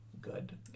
good